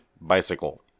bicycle